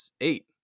eight